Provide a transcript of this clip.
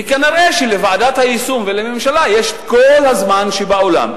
וכנראה לוועדת היישום ולממשלה יש כל הזמן שבעולם.